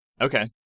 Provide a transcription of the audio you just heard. Okay